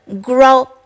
grow